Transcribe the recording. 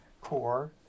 core